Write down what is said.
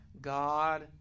God